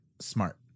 smart